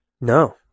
No